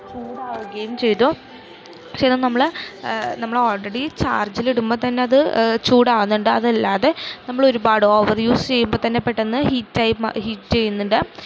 ചൂടാവുകയും ചെയ്തു പക്ഷേ അത് നമ്മള് നമ്മള് ഓൾറെഡി ചാർജ്ജില് ഇടുമ്പോള് തന്നെ അത് ചൂടാകുന്നുണ്ട് അതല്ലാതെ നമ്മളൊരുപാട് ഓവർ യൂസ് ചെയ്യുമ്പോള് തന്നെ പെട്ടെന്ന് ഹീറ്റ് ചെയ്യുന്നുണ്ട്